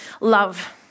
love